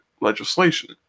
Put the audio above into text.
legislation